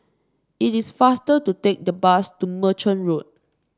it is faster to take the bus to Merchant Road